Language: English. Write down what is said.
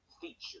feature